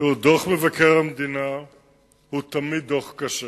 דוח מבקר המדינה הוא תמיד דוח קשה.